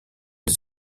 des